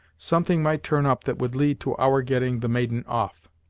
something might turn up that would lead to our getting the maiden off.